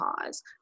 cause